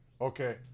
okay